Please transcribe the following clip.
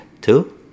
Two